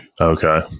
Okay